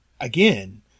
again